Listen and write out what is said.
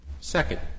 Second